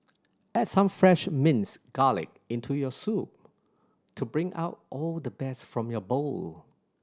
add some fresh minced garlic into your soup to bring out all the best from your bowl